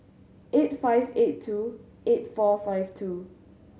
eight five eight two eight four five two